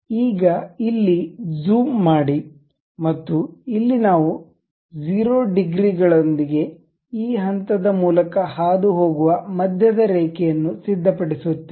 ಈಗ ಇಲ್ಲಿ ಜೂಮ್ ಮಾಡಿ ಮತ್ತು ಇಲ್ಲಿ ನಾವು 0 ಡಿಗ್ರಿಗಳೊಂದಿಗೆ ಈ ಹಂತದ ಮೂಲಕ ಹಾದುಹೋಗುವ ಮಧ್ಯದ ರೇಖೆಯನ್ನು ಸಿದ್ಧಪಡಿಸುತ್ತೇವೆ